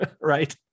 right